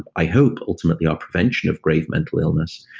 i hope, ultimately our prevention of grave mental illness.